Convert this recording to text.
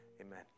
amen